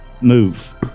move